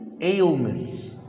Ailments